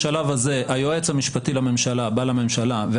בשלב הזה היועץ המשפטי לממשלה בא לממשלה